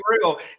real